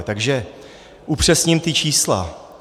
Takže upřesním ta čísla.